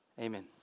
amen